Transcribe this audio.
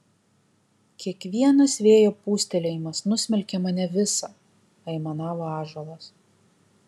kiekvienas vėjo pūstelėjimas nusmelkia mane visą aimanavo ąžuolas